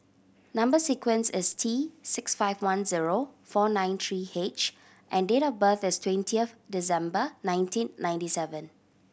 number sequence is T six five one zero four nine three H and date of birth is twentieth December nineteen ninety seven